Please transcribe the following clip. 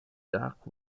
dark